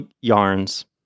yarns